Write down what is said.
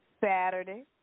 Saturday